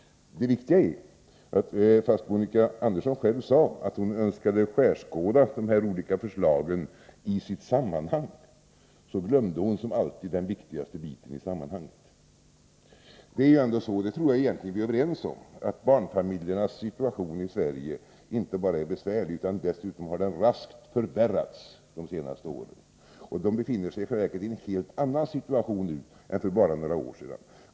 Det viktiga är att trots att Monica Andersson själv sade att hon önskade skärskåda de här olika förslagen i sitt sammanhang, så glömde hon som alltid den viktigaste biten i sammanhanget. Jag tror att vi är överens om att barnfamiljernas situation i Sverige inte bara är besvärlig utan dessutom har raskt förvärrats under de senaste åren. Barnfamiljerna befinner sig i själva verket i en helt annan situation nu än för bara några år sedan.